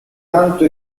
canto